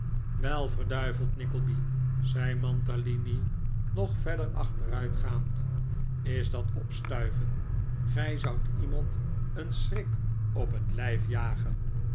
wel verduiveld nickleby zei mantalini nog verder achteruit gaand is dat opstuiven gij zoudt iemand een schrik op het lijf jagen